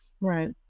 right